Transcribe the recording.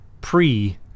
pre